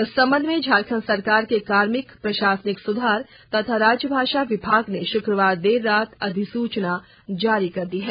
इस संबंध में झारखंड सरकार के कार्मिक प्रशासनिक सुधार तथा राज्य भाषा विभाग ने शुक्रवार देर रात अधिसूचना जारी कर दी है